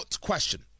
question